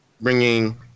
bringing